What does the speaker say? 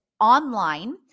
online